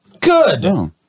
Good